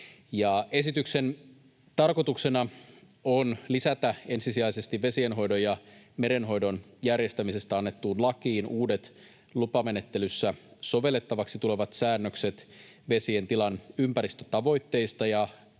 Esityksen tarkoituksena on lisätä ensisijaisesti vesienhoidon ja merenhoidon järjestämisestä annettuun lakiin uudet lupamenettelyssä sovellettavaksi tulevat säännökset vesien tilan ympäristötavoitteista